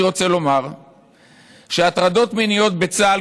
אני רוצה לומר שהטרדות מיניות בצה"ל,